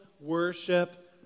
worship